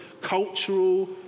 cultural